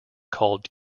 called